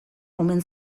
omen